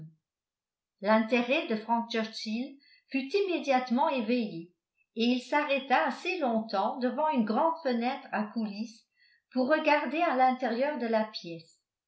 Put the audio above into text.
l'intérêt de frank churchill fut immédiatement éveillé et il s'arrêta assez longtemps devant une grande fenêtre à coulisse pour regarder à l'intérieur de la pièce